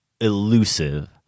elusive